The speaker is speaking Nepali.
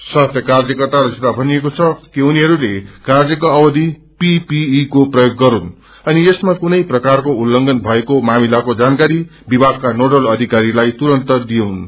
स्वास्थि कार्यकर्ताहरूसित भनिएको छ कि उनीहरूले कार्यको अवधि पीपीईको प्रवोग गरून् अनियसमा कुनै प्रकारको उत्लयंन भएको मामिलाको जानकारी विभागका नोडल अधिकारीलाई तुरन्त दिइयोस